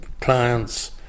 clients